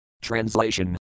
TRANSLATION